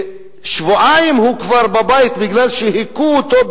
שכבר שבועיים הוא בבית בגלל שהכו אותו,